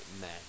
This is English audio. men